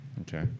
Okay